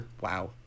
wow